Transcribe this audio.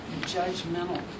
judgmental